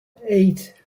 eight